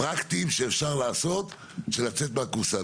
פרקטיים, שאפשר לעשות בשביל לצאת מהקופסא.